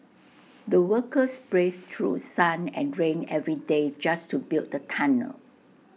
the workers braved through sun and rain every day just to build the tunnel